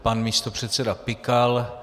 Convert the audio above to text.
Pan místopředseda Pikal.